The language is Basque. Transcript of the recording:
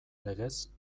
legez